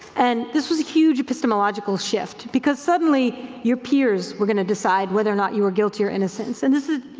and this was a huge epistemological shift because suddenly your peers were gonna decide whether or not you are guilty or innocent and this is,